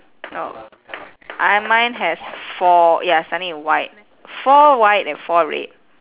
no I mine has four ya starting with white four white and four red